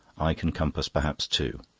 i can compass perhaps two.